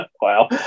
Wow